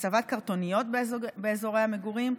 הצבת קרטוניות באזורי המגורים,